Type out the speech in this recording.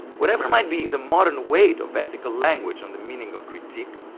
whatever might be the modern weight of ethical language on the meaning of critique,